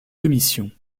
commissions